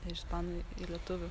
ir ispanų į lietuvių